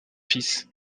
fils